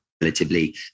relatively